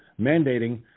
mandating